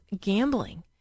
gambling